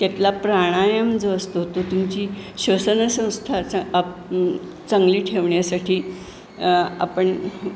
त्यातला प्राणायाम जो असतो तो तुमची श्वासन संस्था चांगली ठेवण्यासाठी आपण